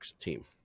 team